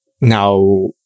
now